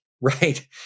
right